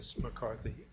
McCarthy